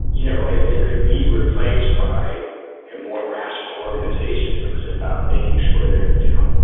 you know, if they could be replaced by a more rational organization, that was about making sure that, you know,